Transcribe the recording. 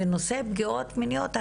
ונושא של פגיעות מיניות,